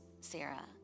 Sarah